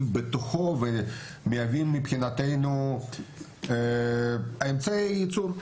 בתוכו ומהווים מבחינתנו אמצעי ייצור.